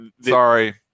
sorry